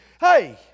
Hey